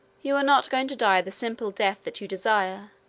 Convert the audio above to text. you are not going to die the simple death that you desire.